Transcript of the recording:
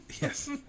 Yes